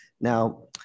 Now